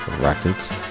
Records